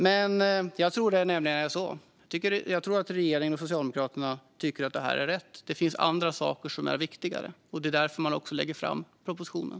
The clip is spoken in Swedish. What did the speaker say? Men jag tror att regeringen och Socialdemokraterna tycker att detta är rätt. Det finns andra saker som är viktigare, och det är därför man lägger fram propositionen.